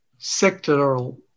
sectoral